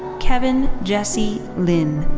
kevin jesse lin.